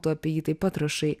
tu apie jį taip pat rašai